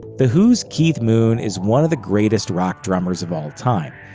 the who's keith moon is one of the greatest rock drummers of all time.